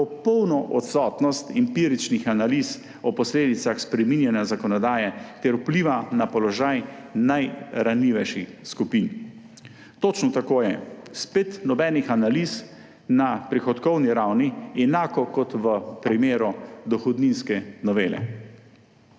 popolno odsotnost empiričnih analiz o posledicah spreminjanja zakonodaje ter vpliva na položaj najranljivejših skupin. Točno tako je, spet nobenih analiz na prihodkovni ravni, enako kot v primeru dohodninske novele.